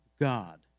God